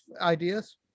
ideas